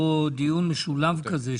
אני מבקש לעשות פה דיון משולב כזה,